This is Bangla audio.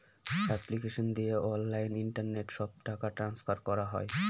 এপ্লিকেশন দিয়ে অনলাইন ইন্টারনেট সব টাকা ট্রান্সফার করা হয়